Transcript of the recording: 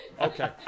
Okay